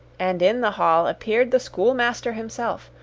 and in the hall appeared the schoolmaster himself,